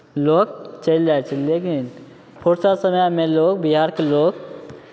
लोक चलि जाइ छै लेकिन फुरसत समयमे लोक बिहारके लोक